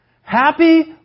Happy